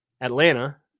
Atlanta